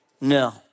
No